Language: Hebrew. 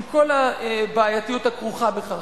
עם כל הבעייתיות הכרוכה בכך.